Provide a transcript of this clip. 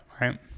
right